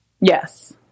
Yes